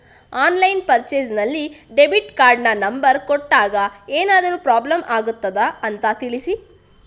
Online purchase ನಲ್ಲಿ debit ಕಾರ್ಡಿನ number ಕೊಟ್ಟಾಗ ಏನಾದರೂ ಪ್ರಾಬ್ಲಮ್ ಆಗುತ್ತದ ಅಂತ ತಿಳಿಸಿ?